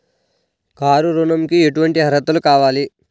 Car ఋణంకి ఎటువంటి అర్హతలు కావాలి?